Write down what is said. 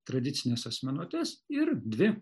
tradicines asmenuotes ir dvi